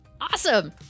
Awesome